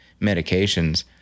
medications